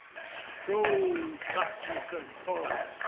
stroll backwards and forwards.